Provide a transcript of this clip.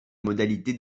modalités